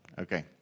Okay